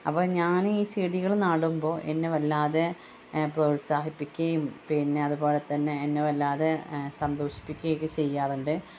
അപ്പോള് ഞാൻ ഈ ചെടികൾ നടുമ്പോള് എന്നെ വല്ലാതെ പ്രോത്സാഹിപ്പിക്കുകയും പിന്നെ അതുപോലെതന്നെ എന്നെ വല്ലാതെ സന്തോഷിപ്പിക്കയൊക്കെ ചെയ്യാറുണ്ട്